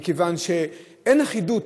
מכיוון שאין אחידות